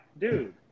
dude